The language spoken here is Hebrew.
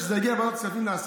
כשזה יגיע לוועדת כספים, נעשה.